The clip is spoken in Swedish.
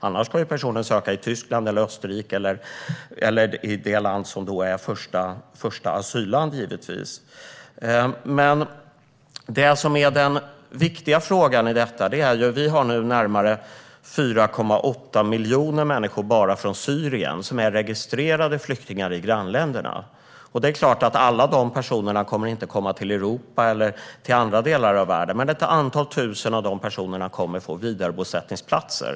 Annars ska denna person givetvis söka asyl i Tyskland, Österrike och så vidare, alltså i det land som är första asylland. Det viktiga i detta sammanhang är att det nu finns närmare 4,8 miljoner människor bara från Syrien som är registrerade flyktingar i grannländerna. Det är klart att alla dessa personer inte kommer att komma till Europa eller vissa andra delar av världen. Men ett antal tusen av dessa personer kommer att få vidarebosättningsplatser.